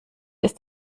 ist